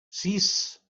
sis